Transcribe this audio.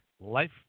Life